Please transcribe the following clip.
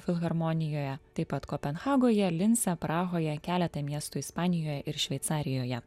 filharmonijoje taip pat kopenhagoje lince prahoje keletą miestų ispanijoje ir šveicarijoje